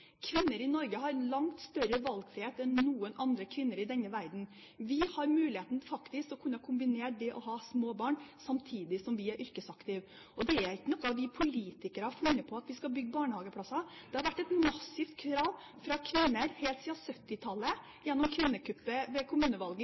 Kvinner i Norge har langt større valgfrihet enn noen andre kvinner i verden. Vi har faktisk muligheten til å kunne kombinere – det å ha små barn samtidig som vi er yrkesaktive. Det er ikke vi politikere som har funnet på at vi skal bygge barnehageplasser. Det har vært et massivt krav fra kvinner helt siden 1970-tallet – gjennom kvinnekuppet ved kommunevalget